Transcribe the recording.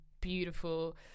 beautiful